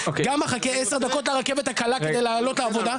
גם אחכה 10 דקות לרכבת הקלה כדי לעלות לעבודה,